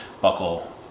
buckle